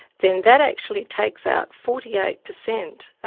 then that actually takes out forty eight percent